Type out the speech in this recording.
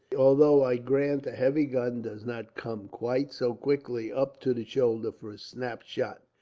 although, i grant, a heavy gun does not come quite so quickly up to the shoulder, for a snap shot.